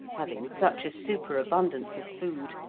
having such a superabundance of food,